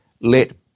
Let